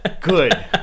Good